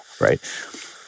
right